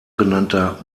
genannter